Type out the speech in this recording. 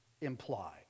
imply